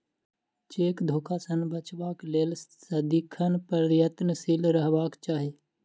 cheque धोखा सॅ बचबाक लेल सदिखन प्रयत्नशील रहबाक चाही